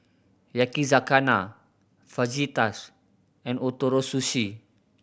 Yakizakana Fajitas and Ootoro Sushi